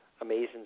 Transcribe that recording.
amazing